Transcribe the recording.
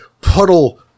puddle